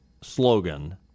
slogan